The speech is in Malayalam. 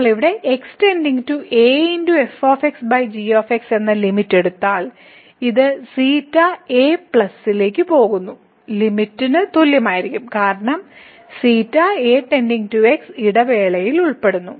നമ്മൾ ഇവിടെ x → a f g എന്ന ലിമിറ്റ് എടുത്താൽ ഇത് a പ്ലസിലേക്ക് പോകുന്നു ലിമിറ്റ്ക്ക് തുല്യമായിരിക്കും കാരണം a → x ഇടവേളയിൽ ഉൾപ്പെടുന്നു